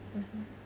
mmhmm